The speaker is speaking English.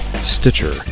Stitcher